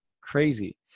Crazy